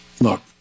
Look